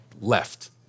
left